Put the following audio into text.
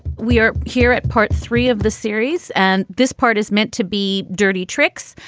we are here at part three of the series, and this part is meant to be dirty tricks.